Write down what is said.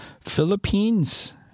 Philippines